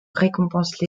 récompense